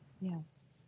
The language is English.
Yes